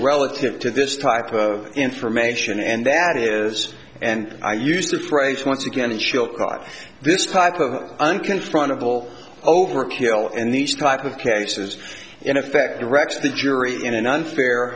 relative to this type of information and that is and i used that phrase once again and show this type of unconfrontable overkill and these type of cases in effect directs the jury in an unfair